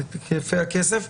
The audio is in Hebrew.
את היקפי הכסף,